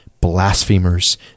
blasphemers